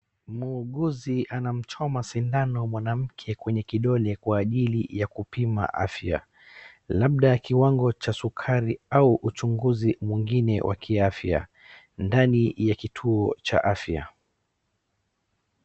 Mguuzi ana mchoma sindano wanamke kwenye kidole kwa ajili ya kupima afya. Labda kiwango cha sukari au uchunguzi mwingine wa kiafya ndani ya kituo cha afya.